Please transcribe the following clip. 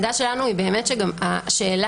השיח